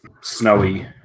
snowy